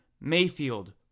Mayfield